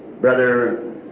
Brother